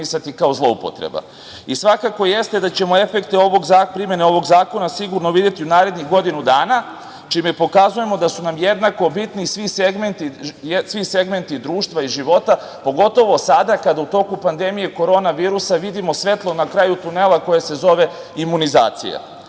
jeste da ćemo efekte primene ovog zakona sigurno videti u narednih godinu dana, čime pokazujemo da su nam jednako bitni svi segmenti društva i života, pogotovo sada, kada u toku pandemije koronavirusa vidimo svetlo na kraju tunela, koje se zove imunizacija. Ovim